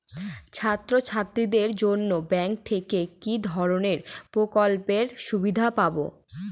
ছাত্রছাত্রীদের জন্য ব্যাঙ্ক থেকে কি ধরণের প্রকল্পের সুবিধে পাবো?